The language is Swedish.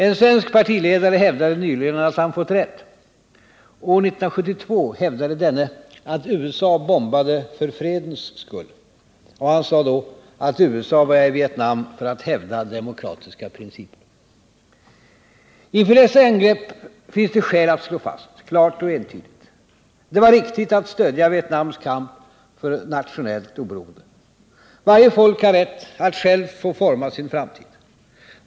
En svensk partiledare hävdade nyligen att han ”fått rätt”. År 1972 hävdade han att USA bombade för fredens skull. Och han sade att USA var i Vietnam för att hävda demokratiska principer. Inför dessa angrepp finns det skäl att slå fast, klart och entydigt: Det var riktigt att stödja Vietnams kamp för nationellt oberoende. Varje folk har rätt att självt få forma sin framtid.